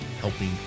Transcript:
helping